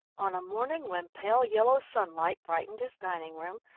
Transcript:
on a morning when pale yellow sunlight brightened his dining-room,